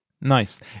Nice